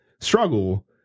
struggle